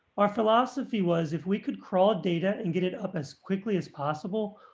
our philosophy was if we could crawl data and get it up as quickly as possible,